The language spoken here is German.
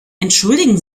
entschuldigen